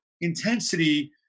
intensity